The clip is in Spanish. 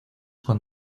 con